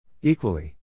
Equally